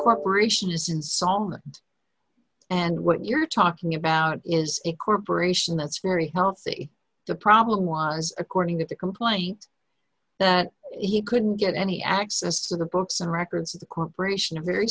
corporation is insolvent and what you're talking about is a corporation that's very healthy the problem was according to the complaint that he couldn't get any access to the books and records of the corporation a very